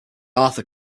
arthur